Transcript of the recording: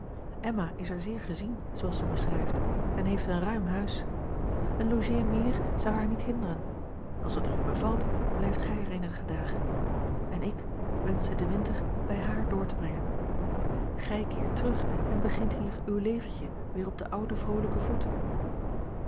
emma is er zeer gezien zooals zij mij schrijft en heeft een ruim huis een logée meer zou haar niet hinderen als het er u bevalt blijft gij er eenige dagen en ik wenschte den winter bij haar door te brengen gij keert terug en begint hier uw leventje weer op den ouden vroolijken voet